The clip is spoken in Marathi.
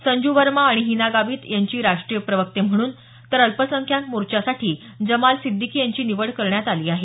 संजू वर्मा आणि हिना गावित आणि यांची राष्ट्रीय प्रवक्ते म्हणून तर अल्पसंख्याक मोर्चासाठी जमाल सिद्दीकी यांची निवड करण्यात आली आहे